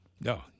No